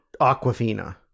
Aquafina